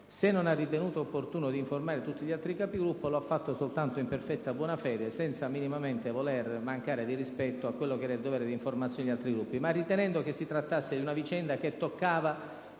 Se non ha ritenuto opportuno informare tutti gli altri Capigruppo, la Presidenza l'ha fatto soltanto in perfetta buona fede, senza minimamente voler mancare di rispetto al dovere di informazione degli altri Gruppi, ritenendo che si trattasse di una vicenda che toccava